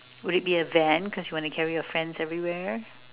would it be a van because you want to carry your friends everywhere